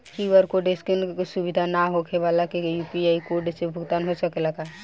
QR code scan सुविधा ना होखे वाला के यू.पी.आई कोड से भुगतान हो सकेला का?